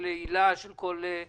של תוכנית היל"ה וכן הלאה?